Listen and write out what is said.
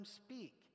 speak